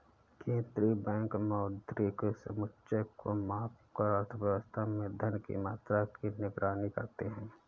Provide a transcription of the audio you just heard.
केंद्रीय बैंक मौद्रिक समुच्चय को मापकर अर्थव्यवस्था में धन की मात्रा की निगरानी करते हैं